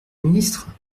ministre